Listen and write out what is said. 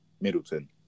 Middleton